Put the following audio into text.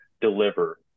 deliver